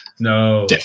No